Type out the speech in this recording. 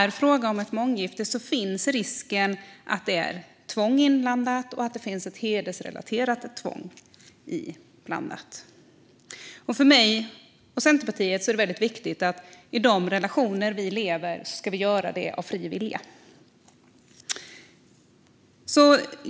I ett månggifte finns risken att det är tvång inblandat och att det handlar om ett hedersrelaterat tvång. För mig och Centerpartiet är det viktigt att vi ska leva i relationer av fri vilja.